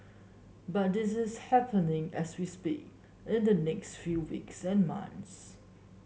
but this is happening as we speak in the next few weeks and months